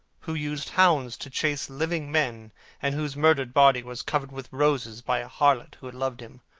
who used hounds to chase living men and whose murdered body was covered with roses by a harlot who had loved him